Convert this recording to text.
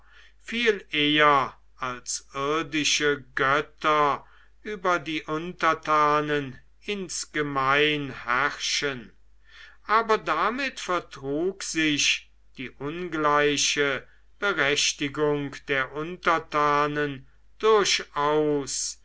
viel eher als irdische götter über die untertanen insgemein herrschen aber damit vertrug sich die ungleiche berechtigung der untertanen durchaus